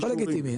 הכול לגיטימי,